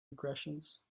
regressions